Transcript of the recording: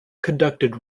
conducted